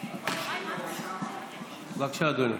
בבקשה, אדוני.